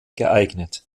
geeignet